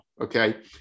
Okay